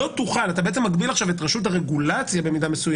כי אתה מקביל את רשות הרגולציה במידה מסוימת